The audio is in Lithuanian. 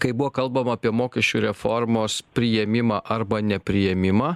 kai buvo kalbama apie mokesčių reformos priėmimą arba nepriėmimą